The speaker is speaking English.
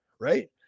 right